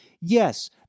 Yes